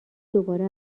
دوباره